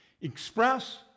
Express